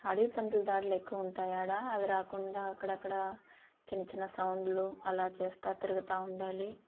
అడవి పందులు దాడులు ఎక్కువగా ఉంటాయి ఆడ అవి రాకుండా అక్కడక్కడ చిన్న చిన్న సౌండ్లు అలా చేస్తా తిరుగతా ఉండాలి